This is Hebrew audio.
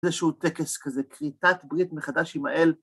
איזשהו טקס כזה, כריתת ברית מחדש עם האל.